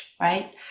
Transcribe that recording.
right